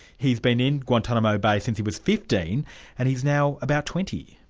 he's been in guantanamo bay since he was fifteen and he's now about twenty.